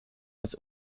was